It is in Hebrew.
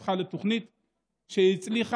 היא הפכה לתוכנית שהצליחה.